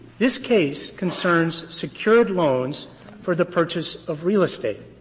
this case concerns secured loans for the purchase of real estate.